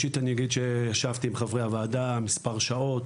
ישבתי עם חברי הוועדה מספר שעות,